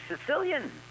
Sicilian